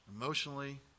emotionally